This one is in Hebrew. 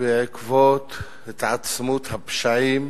בעקבות התעצמות הפשעים